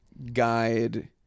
Guide